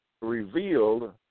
Revealed